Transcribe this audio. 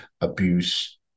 abuse